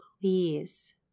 please